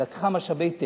היא לקחה משאבי טבע,